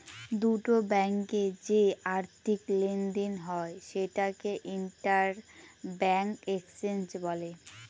দুটো ব্যাঙ্কে যে আর্থিক লেনদেন হয় সেটাকে ইন্টার ব্যাঙ্ক এক্সচেঞ্জ বলে